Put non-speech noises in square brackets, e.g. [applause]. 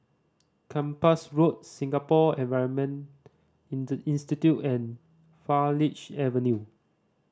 Kempas Road Singapore Environment [unintelligible] Institute and Farleigh Avenue